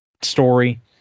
story